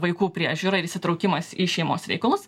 vaikų priežiūra ir įsitraukimas į šeimos reikalus